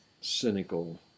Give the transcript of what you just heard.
cynical